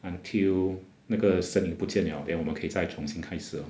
until 那个声音不见 liao then 我们可以再重新开始